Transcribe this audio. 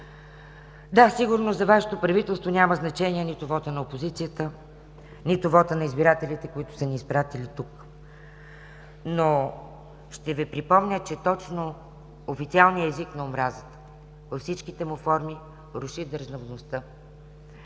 Да, сигурно за Вашето правителство няма значение нито вота на опозицията, нито вота на избирателите, които са ни изпратили тук, но ще Ви припомня, че точно официалният език на омразата във всичките му форми руши държавността,